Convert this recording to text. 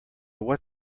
what